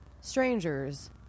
Strangers